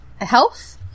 health